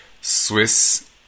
Swiss